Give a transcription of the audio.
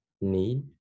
need